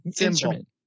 Instrument